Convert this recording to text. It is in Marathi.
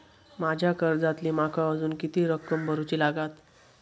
माझ्या कर्जातली माका अजून किती रक्कम भरुची लागात?